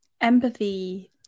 Empathy